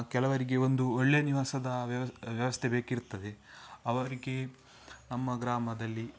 ಕೆಲವರಿಗೆ ಒಂದು ಒಳ್ಳೆ ನಿವಾಸದ ವ್ಯವಸ್ಥೆ ಬೇಕಿರ್ತದೆ ಅವರಿಗೆ ನಮ್ಮ ಗ್ರಾಮದಲ್ಲಿ